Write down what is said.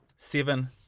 Seven